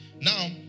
Now